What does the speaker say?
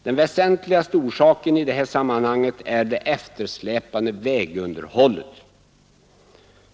Den väsentligaste orsaken i det här sammanhanget är det eftersläpande vägunderhållet.